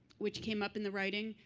which came up in the writing.